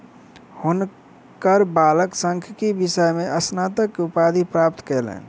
हुनकर बालक सांख्यिकी विषय में स्नातक के उपाधि प्राप्त कयलैन